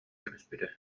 кэбиспитэ